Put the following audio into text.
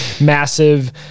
Massive